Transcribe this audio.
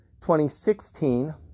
2016